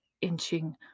inching